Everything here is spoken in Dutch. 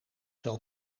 vel